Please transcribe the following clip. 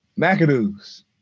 McAdoo's